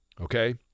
okay